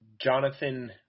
Jonathan